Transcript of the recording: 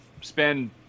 spend